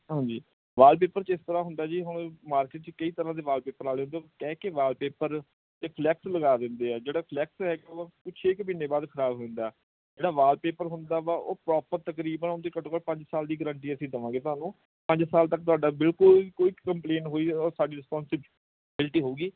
ਹਾਂਜੀ ਵਾਲਪੇਪਰ 'ਚ ਇਸ ਤਰ੍ਹਾਂ ਹੁੰਦਾ ਜੀ ਹੁਣ ਮਾਰਕੀਟ 'ਚ ਕਈ ਤਰ੍ਹਾਂ ਦੇ ਵਾਲਪੇਪਰ ਕਹਿ ਕੇ ਵਾਲਪੇਪਰ ਅਤੇ ਫਲੈਕਸ ਲਗਾ ਦਿੰਦੇ ਆ ਜਿਹੜਾ ਫਲੈਕਸ ਹੈ ਉਹ ਛੇ ਕੁ ਮਹੀਨੇ ਬਾਅਦ ਖਰਾਬ ਹੁੰਦਾ ਜਿਹੜਾ ਵਾਲਪੇਪਰ ਹੁੰਦਾ ਵਾ ਉਹ ਪ੍ਰੋਪਰ ਤਕਰੀਬਨ ਉਹਦੀ ਘੱਟੋ ਘੱਟ ਪੰਜ ਸਾਲ ਦੀ ਗਰੰਟੀ ਅਸੀਂ ਦੇਵਾਂਗੇ ਤੁਹਾਨੂੰ ਪੰਜ ਸਾਲ ਤੱਕ ਤੁਹਾਡਾ ਬਿਲਕੁਲ ਕੋਈ ਕੰਪਲੇਂਟ ਹੋਈ ਉਹ ਸਾਡੀ ਰਿਸਪੋਂਸੀਬਿਲਟੀ ਹੋਊਗੀ